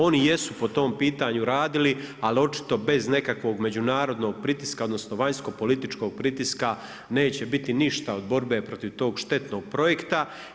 Oni jesu po tom pitanju radili ali očito bez nekakvog međunarodnog pritiska, odnosno vanjsko-političkog pritiska neće biti ništa od borbe protiv tog štetnog projekta.